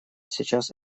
сейчас